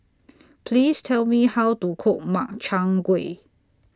Please Tell Me How to Cook Makchang Gui